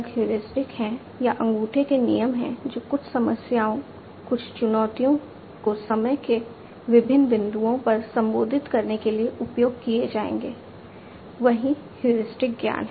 heuristic ज्ञान है